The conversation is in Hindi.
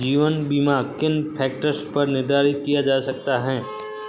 जीवन बीमा किन फ़ैक्टर्स पर निर्धारित किया जा सकता है?